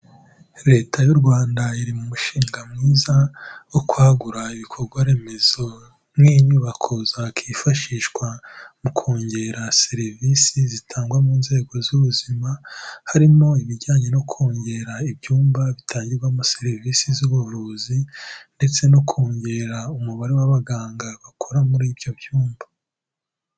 Leta y'u Rwanda iri mu mushinga mwiza wo kwagura ibikorwa remezo nk'inyubako zakwifashishwa mu kongera serivisi zitangwa mu nzego z'ubuzima, harimo ibijyanye no kongera ibyumba bitangirwamo serivisi z'ubuvuzi ndetse no kongera umubare w'abaganga bakora muri ibyo byumba.